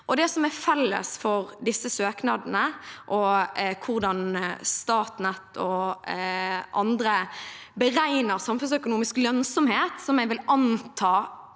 Det som er felles for disse søknadene og hvordan Statnett og andre beregner samfunnsøkonomisk lønnsomhet, som jeg vil anta